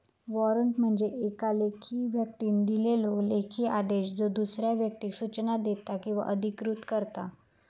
warrant म्हणजे येका व्यक्तीन दिलेलो लेखी आदेश ज्यो दुसऱ्या व्यक्तीक सूचना देता किंवा अधिकृत करता